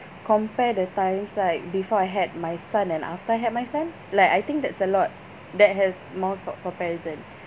compare the times like before I had my son and after I had my son like I think that's a lot that has more co~ comparison